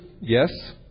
yes